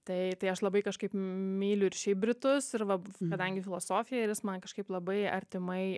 tai aš labai kažkaip myliu ir šiaip britus ir va kadangi filosofija man kažkaip labai artimai